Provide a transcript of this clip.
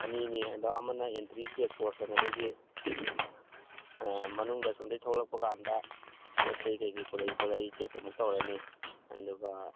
ꯑꯅꯤꯅꯦ ꯑꯗ ꯑꯃꯅ ꯑꯦꯟꯇ꯭ꯔꯤ ꯆꯦꯛ ꯄꯣꯁ ꯍꯥꯏꯅ ꯑꯩꯈꯣꯏꯒꯤ ꯃꯅꯨꯡꯗ ꯑꯁꯣꯝꯗꯒꯤ ꯊꯣꯛꯂꯛꯄ ꯀꯥꯟꯗ ꯄꯣꯠ ꯆꯩ ꯀꯩꯀꯩ ꯄꯨꯔꯛꯏ ꯈꯣꯠꯂꯛꯏ ꯆꯦꯛ ꯑꯃꯨꯛ ꯇꯧꯔꯅꯤ ꯑꯗꯨꯒ